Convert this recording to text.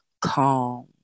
calm